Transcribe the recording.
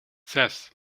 zes